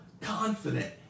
confident